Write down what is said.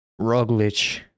Roglic